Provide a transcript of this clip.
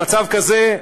במצב כזה,